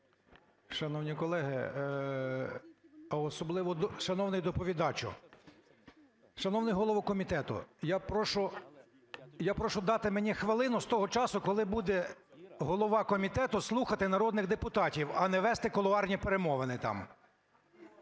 Шановні колеги, а особливо шановний доповідачу! Шановний голово комітету! Я прошу дати мені хвилину з того часу, коли буде голова комітету слухати народних депутатів, а не вести кулуарні перемовини там.